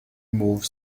move